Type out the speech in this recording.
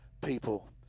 people